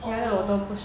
oh